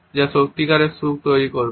যা সত্যিকারের সুখ তৈরি করবে